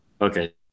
Okay